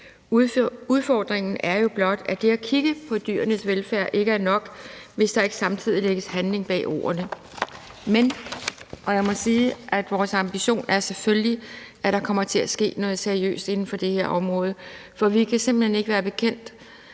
Udfordringen er jo blot, at det at kigge på dyrenes velfærd ikke er nok, hvis der ikke samtidig sættes handling bag ordene. Jeg må sige, at vores ambition selvfølgelig er, at der kommer til at ske noget seriøst inden for det område, for vi kan simpelt hen ikke være bekendt,